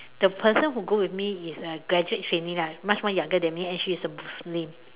the person who go with me is a graduate trainee lah much more younger than me and she is a Muslim